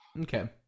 Okay